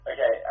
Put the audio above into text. Okay